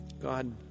God